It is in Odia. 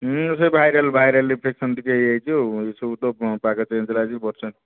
ହଁ ସେ ଭାଇରାଲ୍ ଭାଇରାଲ୍ ଇନ୍ଫେକ୍ସନ୍ ଟିକିଏ ହୋଇଯାଇଛି ଆଉ ଏସବୁ ତ ପାଗ ଚେଞ୍ଜ୍ ହେଲା